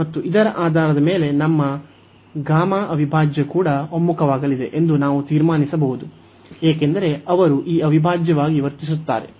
ಮತ್ತು ಇದರ ಆಧಾರದ ಮೇಲೆ ನಮ್ಮ ಗಾಮಾ ಅವಿಭಾಜ್ಯ ಕೂಡ ಒಮ್ಮುಖವಾಗಲಿದೆ ಎಂದು ನಾವು ತೀರ್ಮಾನಿಸಬಹುದು ಏಕೆಂದರೆ ಅದು ಈ ಅವಿಭಾಜ್ಯವಾಗಿ ವರ್ತಿಸುತ್ತದೆ